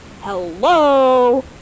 Hello